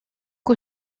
que